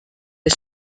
est